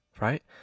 right